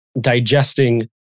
digesting